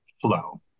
flow